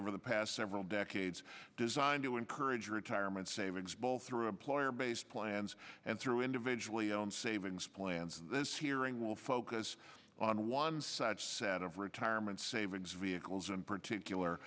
over the past several decades designed to encourage retirement savings both through employer based plans and through individually own savings plans and this hearing will focus on one such set of retirement savings vehicles and particular